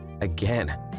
Again